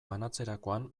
banatzerakoan